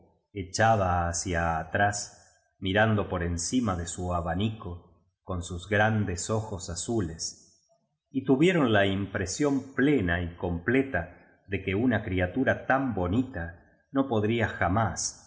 echada hacia atrás mirando por encima de su abanico con stjs grandes ojos azules y tuvieron la impresión plena y completa de que una criatura tan bonita no podría jamás